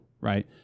right